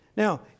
Now